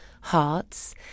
hearts